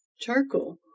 charcoal